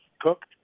cooked